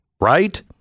right